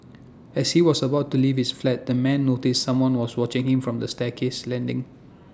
as he was about to leave his flat the man noticed someone was watching him from the staircase landing